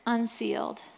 Unsealed